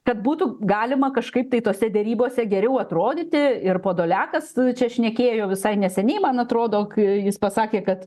kad būtų galima kažkaip tai tose derybose geriau atrodyti ir podoliakas čia šnekėjo visai neseniai man atrodo kai jis pasakė kad